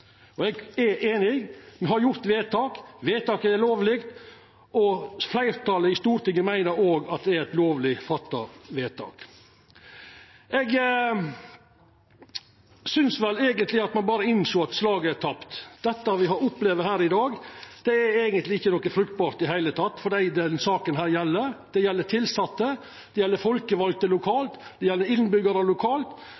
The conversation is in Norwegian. Og eg er einig: Me har gjort vedtak, vedtaket er lovleg, fleirtalet i Stortinget meiner at det er eit lovleg fatta vedtak. Eg synest vel eigentleg at ein berre må innsjå at slaget er tapt. Det me har opplevd her i dag, er ikkje fruktbart i det heile for dei denne saka gjeld. Det gjeld tilsette, det gjeld folkevalde lokalt, det gjeld innbyggjarar lokalt.